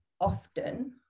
often